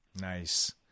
Nice